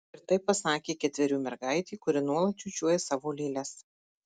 ir tai pasakė ketverių mergaitė kuri nuolat čiūčiuoja savo lėles